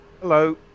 Hello